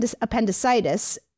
appendicitis